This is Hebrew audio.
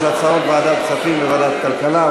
יש הצעות לוועדת הכספים ולוועדת הכלכלה,